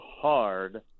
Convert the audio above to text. hard